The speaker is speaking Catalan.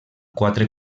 quatre